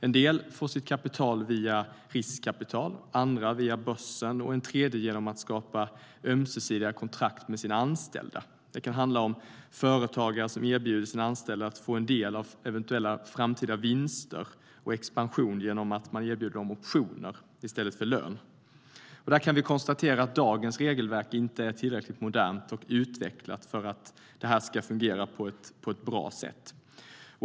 En del får sitt kapital via riskkapital, andra via börsen och en tredje genom att skapa ömsesidiga kontrakt med sina anställda. Det kan handla om företagare som erbjuder sina anställda en del av eventuella framtida vinster och expansion genom optioner i stället för lön. Här kan vi konstatera att dagens regelverk inte är tillräckligt modernt och utvecklat för att detta ska fungera på ett bra sätt.